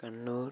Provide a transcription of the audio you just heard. Kannur